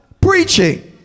preaching